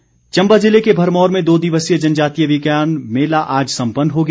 विज्ञान मेला चम्बा ज़िले के भरमौर में दो दिवसीय जनजातीय विज्ञान मेला आज संपन्न हो गया